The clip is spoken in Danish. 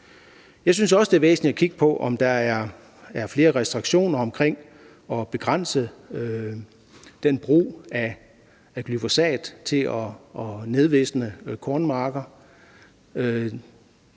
Jeg synes også, det er væsentligt at kigge på, om der er flere restriktioner, herunder for begrænsning af brugen af glyfosat til at nedvisne kornmarker.